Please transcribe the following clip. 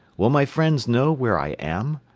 will my friends know where i am?